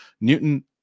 Newton